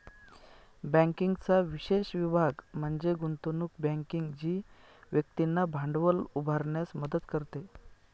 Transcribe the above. बँकिंगचा विशेष विभाग म्हणजे गुंतवणूक बँकिंग जी व्यक्तींना भांडवल उभारण्यास मदत करते